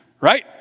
Right